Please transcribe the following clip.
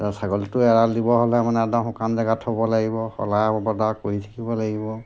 ছাগলীটো এৰাল দিব হ'লে মানে একদম শুকান জেগাত থ'ব লাগিব সলাই বদলি কৰি থাকিব লাগিব